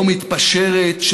לא מתפשרת,